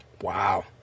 Wow